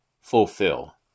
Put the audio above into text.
fulfill